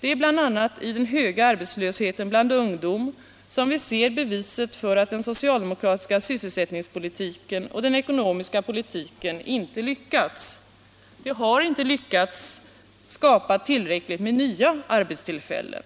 Det är bl.a. i den höga arbetslösheten bland ungdom som vi ser beviset för att den socialdemokratiska sysselsättningspolitiken och den ekonomiska politiken inte har lyckats. Man har inte lyckats skapa tillräckligt med nya arbetstillfällen.